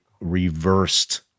reversed